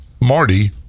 Marty